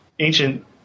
Ancient